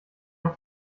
auch